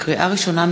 לקריאה ראשונה,